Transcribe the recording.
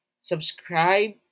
Subscribe